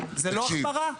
זו לא החמרה?